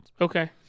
Okay